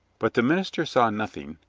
but the minister saw nothing,